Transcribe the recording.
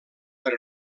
però